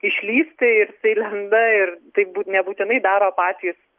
išlįsti ir jisai lenda ir taip būt nebūtinai daro patys